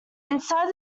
inside